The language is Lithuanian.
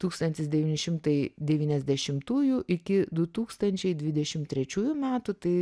tūkstantis devyni šimtai devyniasdešimtųjų iki du tūkstančiai dvidešim trečiųjų metų tai